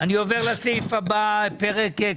אני עובר לסעיף הבא בסדר היום.